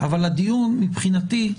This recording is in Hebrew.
אבל מבחינתי,